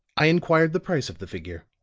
i inquired the price of the figure.